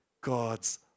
God's